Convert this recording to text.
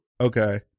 Okay